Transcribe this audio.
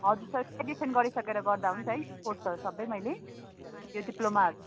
हजुर sir admission गरिसकेर गर्दा हुन्छ है कोर्सहरू सबै मैले यो डिप्लोमा